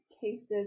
cases